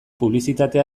publizitate